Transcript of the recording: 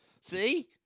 See